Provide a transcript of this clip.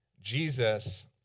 Jesus